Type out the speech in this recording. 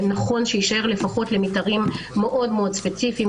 נכון שיישאר לפחות למתארים מאוד מאוד ספציפיים,